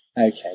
Okay